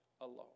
alone